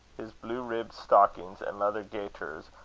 his blue-ribbed stockings, and leather gaiters,